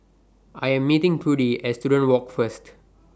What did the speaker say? I Am meeting Prudie At Student Walk First